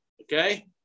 okay